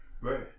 Right